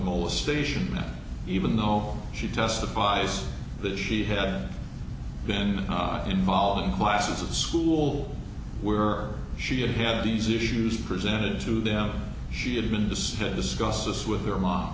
molestation even though she testifies that she had been involved in classes at school were she had had these issues presented to them she had been the state discussed this with her mom